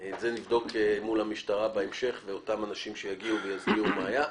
את זה נבדוק מול המשטרה בהמשך ואותם אנשים שיגיעו ויסבירו מה היה,